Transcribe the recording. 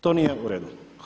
To nije u redu.